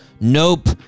Nope